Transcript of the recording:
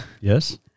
Yes